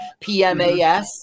pmas